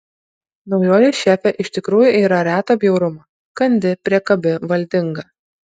naujoji šefė iš tikrųjų yra reto bjaurumo kandi priekabi valdinga